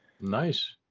Nice